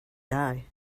die